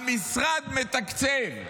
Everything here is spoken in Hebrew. המשרד מתקצב.